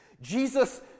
Jesus